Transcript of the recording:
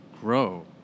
grow